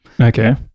Okay